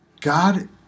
God